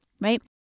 right